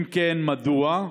2. אם כן, מדוע?